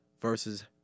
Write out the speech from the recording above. versus